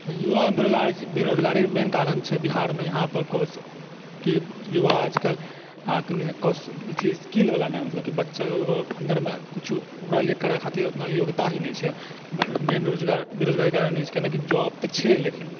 युवामे बेरोजगारी बेरोजगारीके मेन कारण छै बिहारमे यहाँपर युवा आजकल कौशल अथी स्किलवला नहि मतलब बच्चाके अन्दर किछु ओकरालिए करै खातिर ओतना योग्यता ही नहि छै मेन रोजगार बेरोजगारीके कारण ई छै किए ने कि जॉब तऽ छै लेकिन